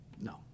No